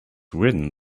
written